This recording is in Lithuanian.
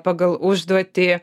pagal užduotį